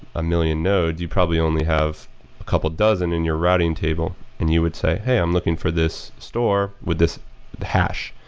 a million nodes, you probably only have a couple dozen in your writing table and you would say, hey, i'm looking for this store with this hash.